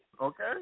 Okay